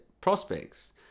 prospects